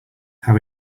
how